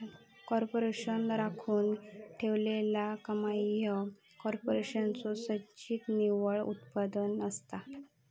कॉर्पोरेशनचो राखून ठेवलेला कमाई ह्या कॉर्पोरेशनचो संचित निव्वळ उत्पन्न असता